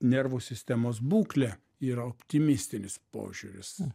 nervų sistemos būklė yra optimistinis požiūris